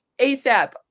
ASAP